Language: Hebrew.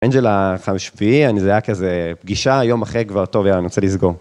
אנג'לה כבר שביעי, זה היה כזה פגישה, יום אחרי, כבר טוב יאללה, אני רוצה לסגור.